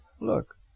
Look